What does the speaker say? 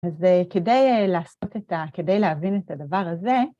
אז כדי לעשות את ה... כדי להבין את הדבר הזה,